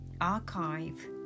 archive